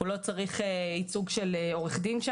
הוא לא צריך שם ייצוג של עורך דין.